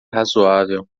razoável